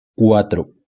cuatro